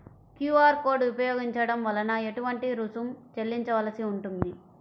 QR code ఉపయోగించటం వలన ఏటువంటి రుసుం చెల్లించవలసి ఉంటుంది?